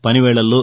పని వేళల్లో